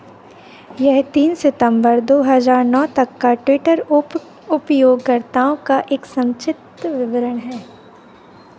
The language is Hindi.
यह तीन सितंबर दो हज़ार नौ तक का ट्विटर उप उपयोगकर्ताओं का एक संक्षिप्त विवरण है